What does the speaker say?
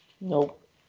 Nope